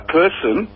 person